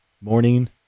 morning